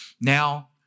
now